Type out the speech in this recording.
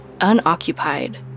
unoccupied